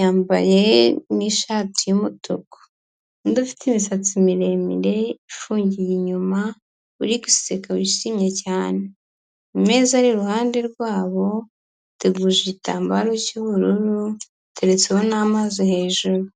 yambaye n'ishati y'umutuku, undi Ufite imisatsi miremire ifungiye inyuma uri guseka wishimye cyane, ameza ari iruhande rwabo ateguje igitambaro cy'ubururu, hateretseho n'amazi hejuru.